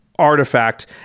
artifact